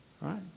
right